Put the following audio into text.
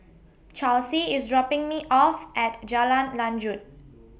Charlsie IS dropping Me off At Jalan Lanjut